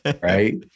right